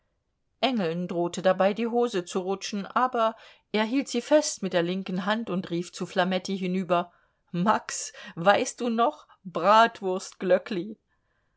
engeln drohte dabei die hose zu rutschen aber er hielt sie fest mit der linken hand und rief zu flametti hinüber max weißt du noch